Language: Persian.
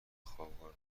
خوابگاه